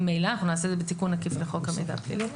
אנחנו נעשה את זה בתיקון עקיף לחוק המידע הפלילי.